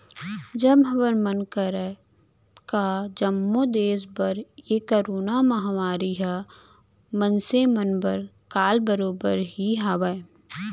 अब हमर मन करा का जम्मो देस बर ए करोना महामारी ह मनसे मन बर काल बरोबर ही हावय